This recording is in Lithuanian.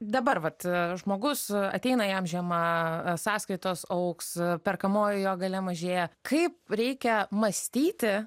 dabar vat žmogus ateina jam žiemą sąskaitos augs perkamoji jo galia mažėja kaip reikia mąstyti